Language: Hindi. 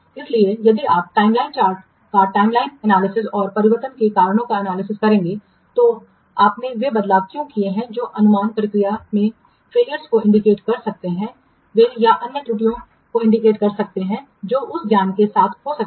इसलिए यदि आप टाइमलाइन चार्ट का टाइमलाइन चार्ट विश्लेषण और परिवर्तनों के कारणों का analysisविश्लेषण करेंगे तो आपने वे बदलाव क्यों किए हैं जो अनुमान प्रक्रिया में फैलियर्स को इंगित कर सकते हैं वे या अन्य Errorsत्रुटियां हो सकती हैं जो उस ज्ञान के साथ हो सकती हैं